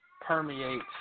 permeates